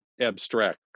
abstract